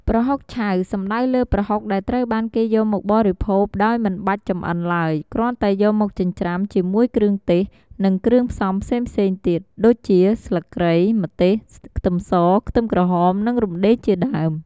ប្រហុកឆៅ សំដៅលើប្រហុកដែលត្រូវបានគេយកមកបរិភោគដោយមិនបាច់ចម្អិនឡើយ គ្រាន់តែយកមកចិញ្ច្រាំ ជាមួយគ្រឿងទេស និងគ្រឿងផ្សំផ្សេងៗទៀត ដូចជាស្លឹកគ្រៃ ម្ទេស ខ្ទឹមស ខ្ទឹមក្រហម និងរំដេងជាដើម។